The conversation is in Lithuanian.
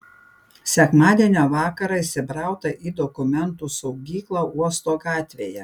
sekmadienio vakarą įsibrauta į dokumentų saugyklą uosto gatvėje